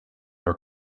are